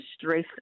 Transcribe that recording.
stress